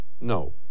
no